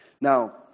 Now